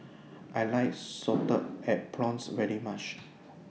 I like Salted Egg Prawns very much